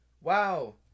wow